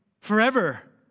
forever